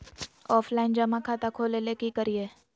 Offline जमा खाता खोले ले की करिए?